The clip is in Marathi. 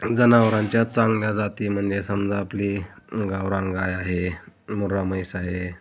जनावरांच्या चांगल्या जाती म्हणजे समजा आपली गावरान गाय आहे मुर्रा म्हैस आहे